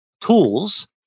tools